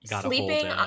sleeping